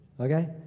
Okay